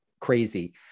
crazy